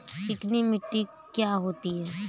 चिकनी मिट्टी क्या होती है?